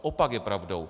Opak je pravdou.